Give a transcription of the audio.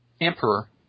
emperor